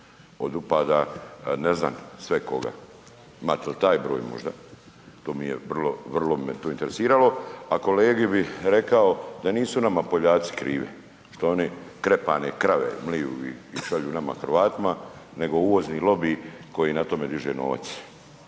od upada, ne znam sve koga? Imate li taj broj možda, to mi je vrlo, vrlo bi me to interesiralo? A kolegi bi rekao da nisu nama Poljaci krivi što oni krepane krave mliju i šalju nama Hrvatima nego uvozni lobiji koji na tome diže novac.